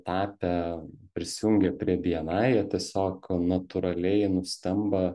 tapę prisijungę prie bni jie tiesiog natūraliai nustemba